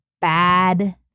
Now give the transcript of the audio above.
bad